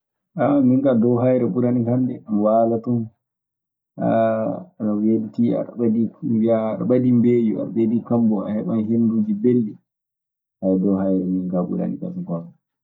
min kaa dow hayre ɓurani kan dee. Mi waala ton. aɗe weltii, aɗa ɓadii ndiyan, aɗa ɓadii mbeeyu, aɗa ɓadii kammo, a heɓan henduuji belɗi. Hay doɗ- hayre min kaa ɓurani kan so ngoonga.